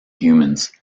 humans